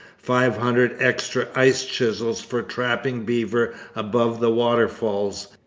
five hundred extra ice-chisels for trapping beaver above the waterfalls,